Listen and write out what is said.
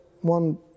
one